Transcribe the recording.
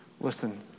Listen